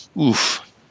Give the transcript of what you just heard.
oof